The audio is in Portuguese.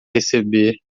receber